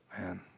Man